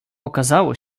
okazało